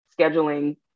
scheduling